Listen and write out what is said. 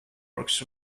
works